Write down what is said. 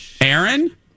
Aaron